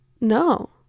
No